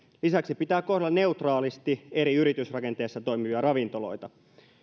lisäksi pitää kohdella neutraalisti eri yritysrakenteessa toimivia ravintoloita